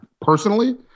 personally